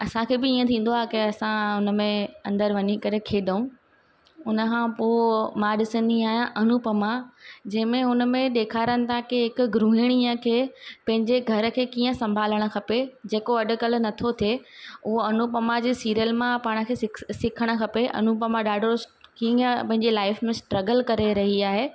असांखे बि ईअं थींदो आहे की असां हुनमें अंदरु वञी करे खेॾूं हुन खां पोइ मां ॾिसंदी आहियां अनुपमा जंहिंमें हुनमे ॾेखारनि था कि हिक गृहणीअ खे पंहिंजे घर खे कीअं सभालणु खपे जेको अॼुकल्ह नथो थिए उहा अनुपमा जे सीरियल मां पाण खे सिखणु खपे अनुपमा ॾाढो सुठो कीअं पंहिंजे लाइफ में स्ट्रगल करे रही आहे